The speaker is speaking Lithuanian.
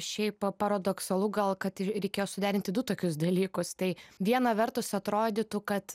šiaip paradoksalu gal kad reikėjo suderinti du tokius dalykus tai viena vertus atrodytų kad